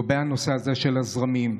על הנושא של הזרמים.